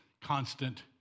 constant